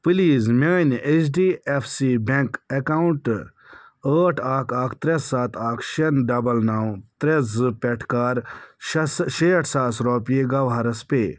please میٛانہِ H D F C bank account ٲٹھ اکھ اکھ ترٛےٚ سَتھ اکھ شےٚ ڈَبَل نَو ترٛےٚ زٕ پٮ۪ٹھ کر شٮ۪سہٕ شیٹھ ساس رۄپیہِ گَوہرس پے